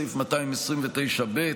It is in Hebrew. סעיף 229(ב),